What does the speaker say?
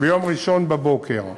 ביום ראשון בבוקר.